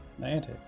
niantic